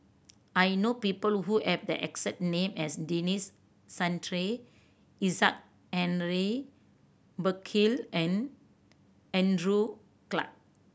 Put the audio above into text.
I know people who have the exact name as Denis Santry Isaac Henry Burkill and Andrew Clarke